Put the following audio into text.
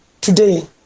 today